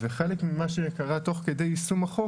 חלק ממה שקרה תוך כדי יישום החוק,